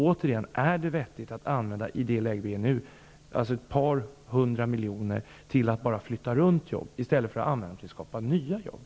Återigen: Är det vettigt i detta läge att använda ett par hundra miljoner till att bara flytta runt jobb, i stället för att använda pengarna till att skapa nya jobb?